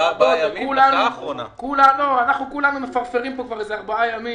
אנחנו כולנו מפרפרים פה איזה ארבעה ימים,